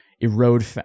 erode